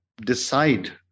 decide